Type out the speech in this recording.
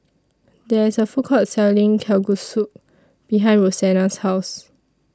There IS A Food Court Selling Kalguksu behind Rosanna's House